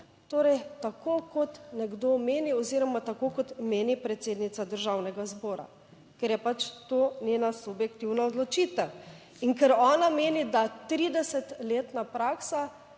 torej tako kot nekdo meni oziroma tako kot meni predsednica Državnega zbora, ker je pač to njena subjektivna odločitev in ker ona meni, da 30 letna praksa,